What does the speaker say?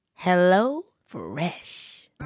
HelloFresh